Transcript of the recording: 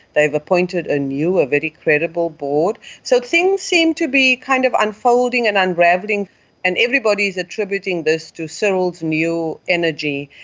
they've appointed a new and very credible board. so things seem to be kind of unfolding and unravelling and everybody is attributing this to cyril's new energy.